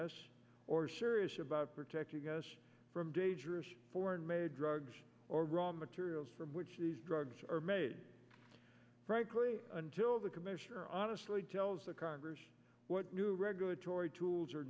us or shirish about protecting us from dangerous foreign made drugs or raw materials from which these drugs are made right great until the commissioner honestly tells the congress what new regulatory tools